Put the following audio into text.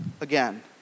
again